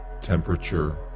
temperature